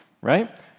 Right